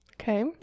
Okay